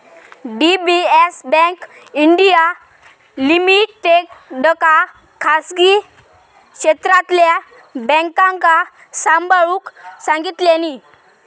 DBS bank India लिमिटेडका खासगी क्षेत्रातल्या बॅन्कांका सांभाळूक सांगितल्यानी